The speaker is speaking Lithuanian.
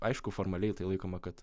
aišku formaliai tai laikoma kad